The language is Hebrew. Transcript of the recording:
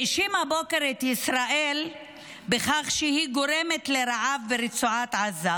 האשים את ישראל בכך שהיא גורמת לרעב ברצועת עזה,